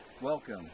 welcome